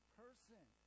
person